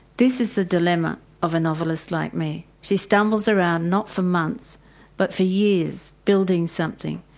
this is the dilemma of a novelist like me. she stumbles around not for months but for years building something,